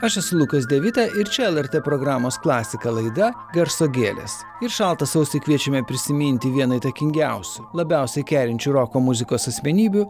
aš esu lukas devite ir čia lrt programos klasika laida garso gėlės ir šaltą sausį kviečiame prisiminti vieną įtakingiausių labiausiai kerinčių roko muzikos asmenybių